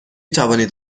توانید